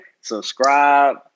subscribe